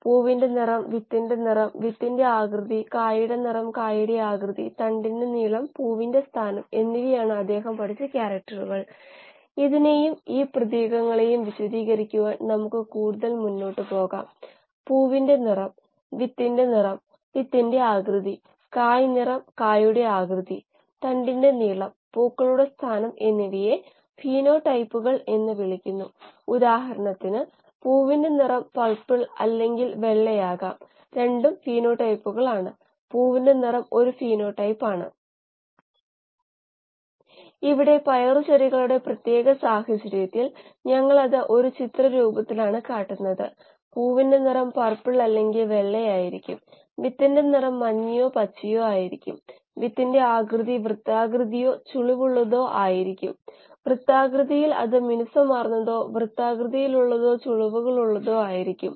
മറ്റൊരു വിധത്തിൽ പറഞ്ഞാൽ രണ്ട് കൈപ്പത്തികൾക്കിടയിൽ ആപേക്ഷിക വേഗത ഉണ്ടാകുമ്പോൾ ഈ കൈപ്പത്തി ഈ ദിശയിലേക്ക് നീങ്ങുന്നു ഈ കൈപ്പത്തി ഈ ദിശയിലേക്കും നീങ്ങുന്നു അല്ലെങ്കിൽ ഇത് രണ്ടും ഒരേ ദിശയിലേക്ക് നീങ്ങുന്നു പക്ഷേ വ്യത്യസ്ത വേഗതയിൽ രണ്ട് കൈപ്പത്തികൾക്കിടയിൽ ആപേക്ഷിക വേഗതയുണ്ട് അതിനിടയിൽ പിടിച്ചിരിക്കുന്ന കുഴച്ചെടുത്തത് ഷിയർ സ്ട്രെസ്സ് അനുഭവിക്കുന്നു അത് അവിടെ കുഴച്ചെടുത്തത് വികൃതമാക്കും